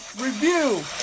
Review